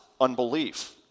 unbelief